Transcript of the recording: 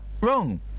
wrong